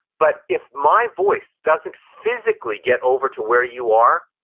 but if my voice doesn't physically get over to where you are,